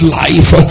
life